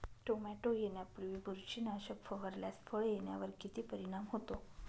Tomato येण्यापूर्वी बुरशीनाशक फवारल्यास फळ येण्यावर किती परिणाम होतो?